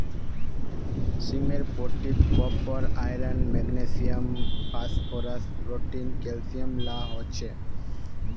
सीमेर पोटीत copper, iron, magnesium, phosphorus, protein, calcium ला हो छे